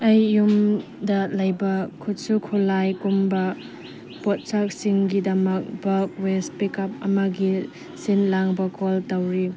ꯑꯩ ꯌꯨꯝꯗ ꯂꯩꯕ ꯈꯨꯠꯁꯨ ꯈꯨꯠꯂꯥꯏ ꯀꯨꯝꯕ ꯄꯣꯠꯁꯛꯁꯤꯡꯒꯤꯗꯃꯛ ꯕꯜꯛ ꯋꯦꯁ ꯄꯤꯛ ꯑꯞ ꯑꯃꯒꯤ ꯁꯤꯜ ꯂꯥꯡꯕ ꯀꯣꯜ ꯇꯧꯔꯤ